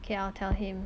okay I'll tell him